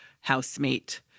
housemate